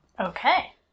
Okay